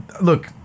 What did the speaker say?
look